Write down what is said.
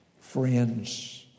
Friends